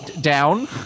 down